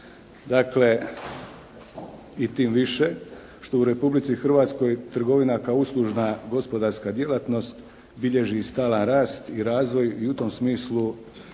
Dakle, i tim više što u Republici Hrvatskoj trgovina kao uslužna gospodarska djelatnost bilježi stalan rast i razvoj i u tom smislu